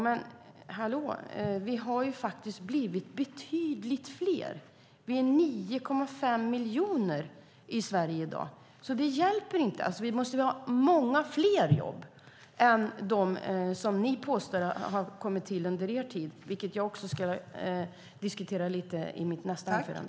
Men vi har faktiskt blivit betydligt fler. Vi är 9,5 miljoner i Sverige i dag. Vi måste ha många fler jobb än de som ni påstår har kommit till under er tid, vilket jag ska diskutera lite mer i mitt nästa anförande.